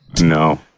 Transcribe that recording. No